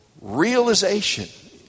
realization